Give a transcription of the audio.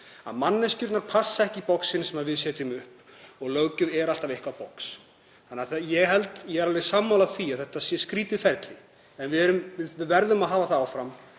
að manneskjurnar passa ekki í boxin sem við setjum upp og löggjöf er alltaf eitthvert box. Ég er alveg sammála því að þetta sé skrýtið ferli en við verðum að hafa það áfram